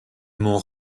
m’ont